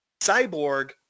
cyborg